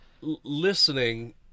listening